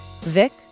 Vic